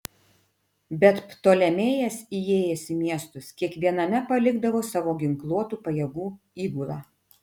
bet ptolemėjas įėjęs į miestus kiekviename palikdavo savo ginkluotų pajėgų įgulą